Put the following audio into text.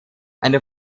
eine